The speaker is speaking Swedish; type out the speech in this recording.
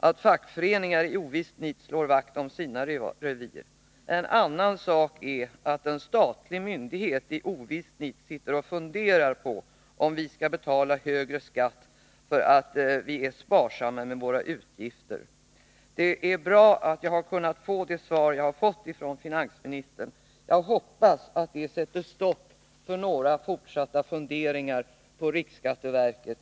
att fackföreningar i ovist nit slår vakt om sina revir, en annan sak är att en statlig myndighet i ovist nit sitter och funderar på om vi skall betala högre skatt för att vi är sparsamma med våra utgifter. Det är bra att jag har kunnat få det svar jag har fått från finansministern. Jag hoppas att det sätter stopp för några fortsatta funderingar i riksskatteverket.